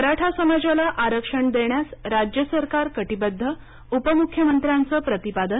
मराठा समाजाला आरक्षण देण्यास राज्य सरकार कटिबद्ध उपमुख्यमंत्र्याचं प्रतिपादन